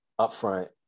upfront